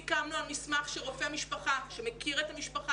סיכמנו על מסמך שרופא משפחה שמכיר את המשפחה